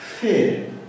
Fear